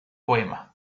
poema